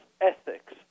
ethics